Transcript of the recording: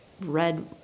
red